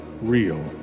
real